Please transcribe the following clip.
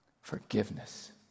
Forgiveness